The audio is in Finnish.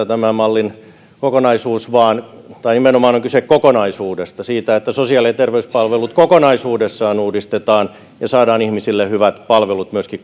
tämän mallin kokonaisuus olisi kiinni valinnanvapaudesta vaan nimenomaan on kyse kokonaisuudesta siitä että sosiaali ja terveyspalvelut kokonaisuudessaan uudistetaan ja saadaan ihmisille hyvät palvelut myöskin